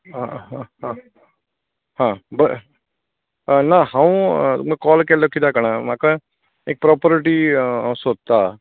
आं आं आं हां बरें ना हांव तुमकां कॉल केल्लो कित्याक जाणा म्हाका एक प्रोपर्टी सोदतां